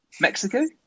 Mexico